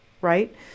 right